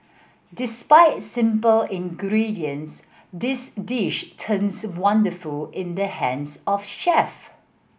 despite simple ingredients this dish turns wonderful in the hands of chef